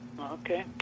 Okay